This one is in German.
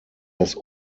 das